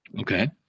Okay